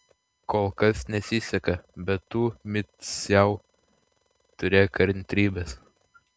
kol kas nesiseka bet tu miciau turėk kantrybės